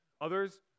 Others